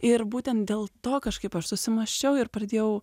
ir būtent dėl to kažkaip aš susimąsčiau ir pradėjau